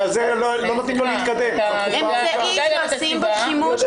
אני רק אוסיף עוד